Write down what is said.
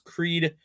Creed